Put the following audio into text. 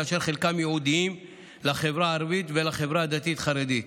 וחלקם ייעודיים לחברה הערבית ולחברה הדתית-חרדית,